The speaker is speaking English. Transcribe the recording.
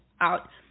out